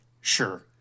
sure